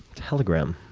telegram?